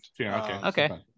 Okay